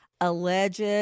alleged